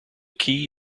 key